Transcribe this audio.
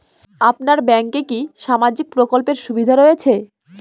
আপনার ব্যাংকে কি সামাজিক প্রকল্পের সুবিধা রয়েছে?